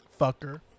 Fucker